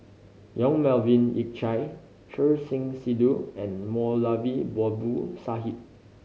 Yong Melvin Yik Chye Choor Singh Sidhu and Moulavi Babu Sahib